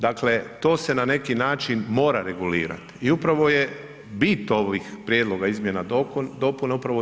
Dakle, to se na neki način mora regulirati i upravo je bit ovih prijedloga izmjena, dopuna upravo to.